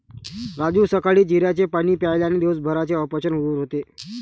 राजू सकाळी जिऱ्याचे पाणी प्यायल्याने दिवसभराचे अपचन दूर होते